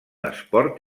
esport